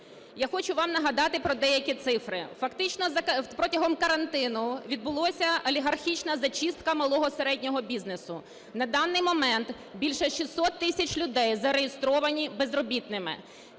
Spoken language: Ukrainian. Я хочу вам нагадати про деякі цифри. Фактично протягом карантину відбулася олігархічна зачистка малого і середнього бізнесу. На даний момент більше 600 тисяч людей зареєстровані безробітними.